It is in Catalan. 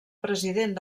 president